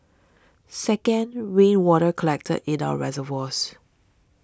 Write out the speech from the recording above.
second rainwater collected in our reservoirs